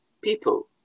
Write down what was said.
people